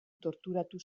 torturatu